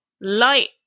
light